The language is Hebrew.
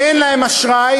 אין להם אשראי,